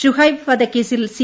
ഷുഹൈബ് വധക്കേസിൽ സി